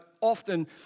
often